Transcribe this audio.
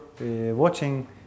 watching